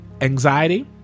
Anxiety